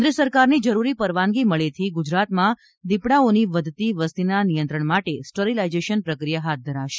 કેન્દ્ર સરકારની જરૂરી પરવાનગી મબ્યેથી ગુજરાતમાં દીપડાની વધતી વસ્તીના નિયંત્રણ માટે સ્ટરીલાઈઝેશન પ્રક્રિયા હાથ ધરાશે